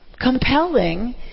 compelling